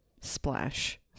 splash